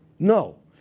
no,